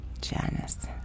Janice